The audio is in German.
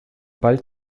bald